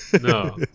No